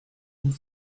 goût